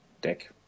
deck